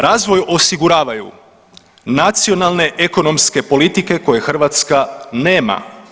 Razvoj osiguravaju nacionalne, ekonomske politike koje Hrvatska nema.